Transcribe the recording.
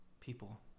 people